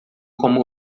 como